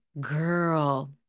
Girl